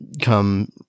come